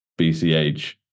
bch